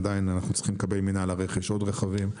עדיין אנחנו צריכים לקבל ממינהל הרכב עוד רכבים,